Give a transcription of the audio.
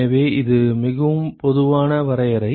எனவே இது மிகவும் பொதுவான வரையறை